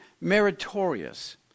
meritorious